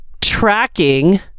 tracking